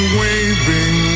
waving